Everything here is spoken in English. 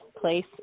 place